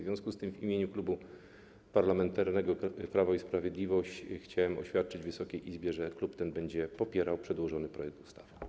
W związku z tym w imieniu Klubu Parlamentarnego Prawo i Sprawiedliwość chciałem oświadczyć Wysokiej Izbie, że klub ten będzie popierał przedłożony projekt ustawy.